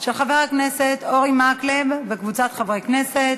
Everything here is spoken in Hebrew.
של חבר הכנסת אורי מקלב וקבוצת חברי הכנסת,